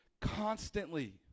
constantly